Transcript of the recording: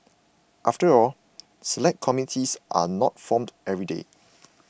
after all Select Committees are not formed every day